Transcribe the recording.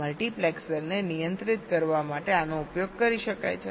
મલ્ટીપ્લેક્સરને નિયંત્રિત કરવા માટે આનો ઉપયોગ કરી શકાય છે